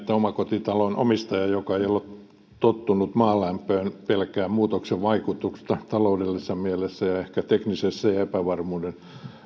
omakotitalon omistaja joka ei ole tottunut maalämpöön pelkää muutoksen vaikutusta taloudellisessa ja ehkä teknisessä mielessä ja epävarmuutta